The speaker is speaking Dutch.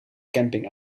camping